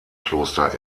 kloster